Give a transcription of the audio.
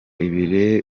ibi